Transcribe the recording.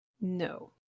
No